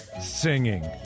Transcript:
Singing